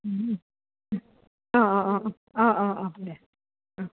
অঁ অঁ অঁ অঁ অঁ অঁ অঁ দে